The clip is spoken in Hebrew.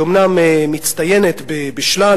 היא אומנם מצטיינת בשלל